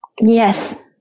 Yes